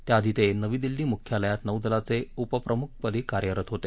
त्याआधी ते नवी दिल्ली मुख्यालयात नौदलाच्या उपप्रमुख पदी कार्यरत होते